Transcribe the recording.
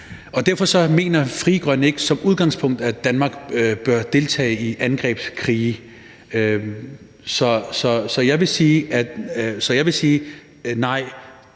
Derfor mener Frie Grønne ikke som udgangspunkt, at Danmark bør deltage i angrebskrige. Så jeg vil sige: Nej,